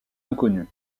inconnues